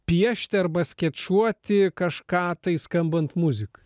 piešti arba skečuoti kažką tai skambant muzikai